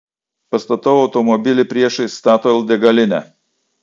pastatau automobilį priešais statoil degalinę